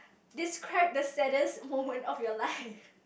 describe the saddest moment of your life